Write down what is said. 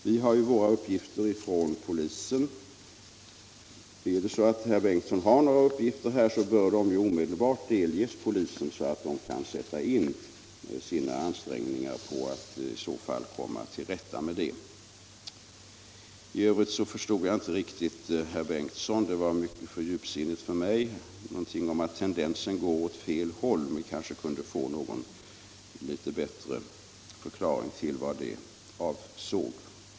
Vi har våra uppgifter från polisen, och om herr Bengtsson har uppgifter bör de omedelbart delges polisen så att den kan sätta in sina ansträngningar på att komma till rätta med problemet. I övrigt förstod jag inte riktigt herr Bengtssons anförande. Det var mycket för djupsinnigt för mig. Han sade någonting om att tendensen går åt fel håll. Vi kanske kunde få en litet bättre förklaring till vad det avsåg.